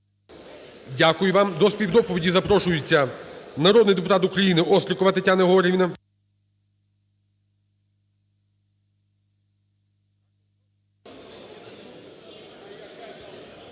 Дякую вам. До співдоповіді запрошується народний депутат УкраїниОстрікова Тетяна Георгіївна.